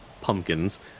pumpkins